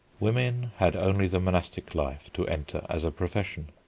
women had only the monastic life to enter as a profession.